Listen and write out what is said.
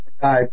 Hi